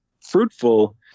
fruitful